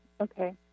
Okay